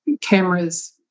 cameras